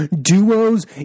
Duos